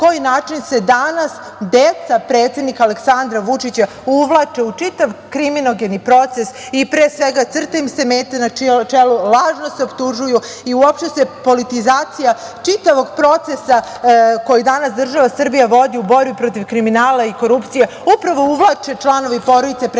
na koji način se danas deca predsednika Aleksandra Vučića uvlače u čitav kriminogeni proces i, pre svega, crta im se meta na čelu, lažno se optužuju i uopšte se politizacija čitavog procesa koji danas država Srbija vodi u borbi protiv kriminala i korupcije upravo uvlače članovi porodice predsednika